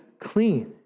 clean